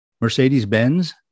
Mercedes-Benz